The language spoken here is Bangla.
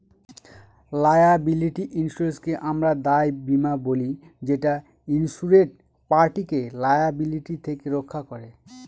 লায়াবিলিটি ইন্সুরেন্সকে আমরা দায় বীমা বলি যেটা ইন্সুরেড পার্টিকে লায়াবিলিটি থেকে রক্ষা করে